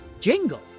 Jingle